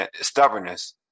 Stubbornness